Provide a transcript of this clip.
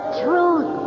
truth